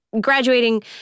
Graduating